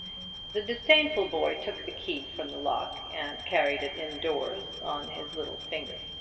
the disdainful boy took the key from the lock, and carried it in-doors on his little finger.